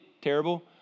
terrible